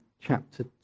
chapter